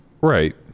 right